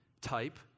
type